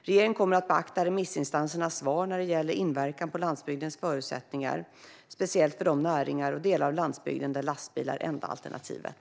Regeringen kommer att beakta remissinstansernas svar när det gäller inverkan på landsbygdens förutsättningar, speciellt för de näringar och de delar av landsbygden där lastbil är det enda alternativet.